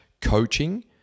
coaching